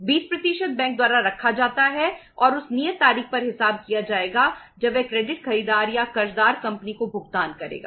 20 bank द्वारा रखा जाता है और उस नियत तारीख पर हिसाब किया जाएगा जब वह क्रेडिट खरीदार या कर्जदार कंपनी को भुगतान करेगा